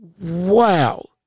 Wow